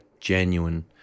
genuine